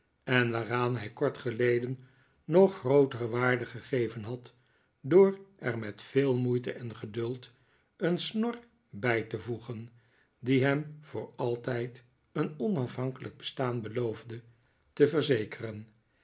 en waaraan hij kort geleden nog grootere waarde gegeven had door er met veel moeite en geduld een snor bij te voegen die hem voor altijd een onafhankelijk bestaan beloofde te verzekeren